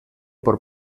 por